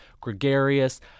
gregarious